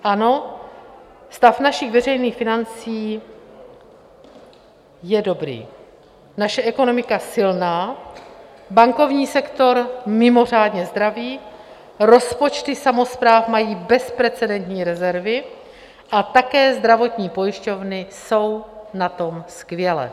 Ano, stav našich veřejných financí je dobrý, naše ekonomika silná, bankovní sektor mimořádně zdravý, rozpočty samospráv mají bezprecedentní rezervy a také zdravotní pojišťovny jsou na tom skvěle.